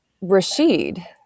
Rashid